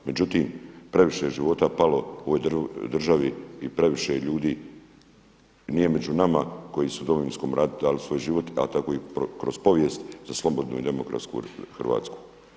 Međutim, previše je života palo u ovoj državi i previše ljudi nije među nama koji su u Domovinskom ratu dali svoj život, a tako i kroz povijest za slobodnu i demokratsku Hrvatsku.